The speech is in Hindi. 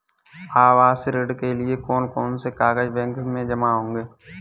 आवासीय ऋण के लिए कौन कौन से कागज बैंक में जमा होंगे?